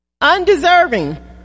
Undeserving